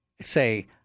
say